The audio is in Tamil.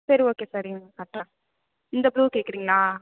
சரி ஓகே சார் இருங்க காட்டுறேன் இந்த ப்ளூ கேட்குறீங்களா